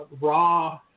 raw